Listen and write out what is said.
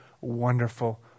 wonderful